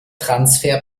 transfer